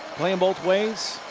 playing both ways.